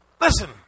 Listen